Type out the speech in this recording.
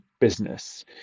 business